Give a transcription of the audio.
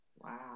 wow